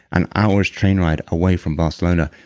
an hour's train ride away from barcelona,